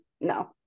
no